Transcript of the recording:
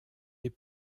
des